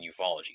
ufology